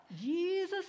Jesus